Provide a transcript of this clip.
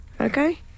Okay